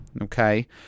okay